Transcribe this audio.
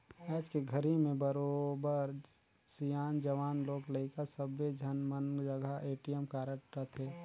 आयज के घरी में बरोबर सियान, जवान, लोग लइका सब्बे झन मन जघा ए.टी.एम कारड रथे